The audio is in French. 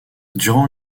durant